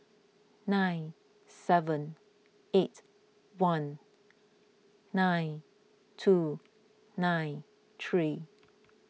nine seven eight one nine two nine three